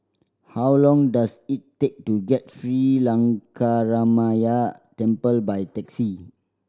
how long does it take to get Sri Lankaramaya Temple by taxi